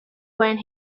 when